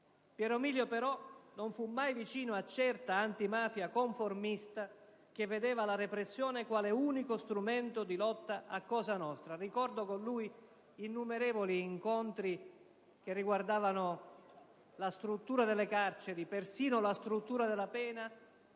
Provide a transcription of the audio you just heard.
Piero Milio, però, non fu mai vicino a certa antimafia conformista che vedeva la repressione quale unico strumento di lotta a Cosa nostra. Ricordo con lui innumerevoli incontri che riguardavano la struttura delle carceri, persino la struttura della pena;